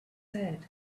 said